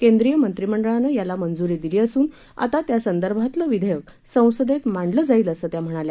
केंद्रीय मंत्रिमंडळानं याला मंजूरी दिली असून आता त्यासंदर्भातलं विघेयक संसदेत मांडलं जाईल असं त्या म्हणाल्या